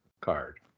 card